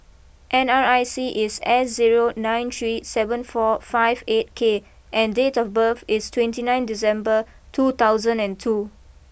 N R I C is S zero nine three seven four five eight K and date of birth is twenty nine December two thousand and two